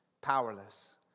powerless